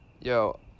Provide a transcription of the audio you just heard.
Yo